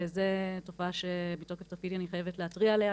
וזאת תופעה שמתוקף תפקידי אני חייבת להתריע עליה,